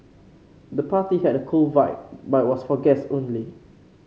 the party had a cool vibe but was for guests only